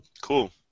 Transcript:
Cool